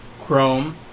Chrome